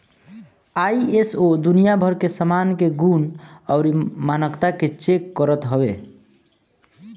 ISO दुनिया भर के सामान के गुण अउरी मानकता के चेक करत हवे